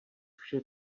vše